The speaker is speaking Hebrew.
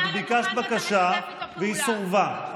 את ביקשת בקשה והיא סורבה,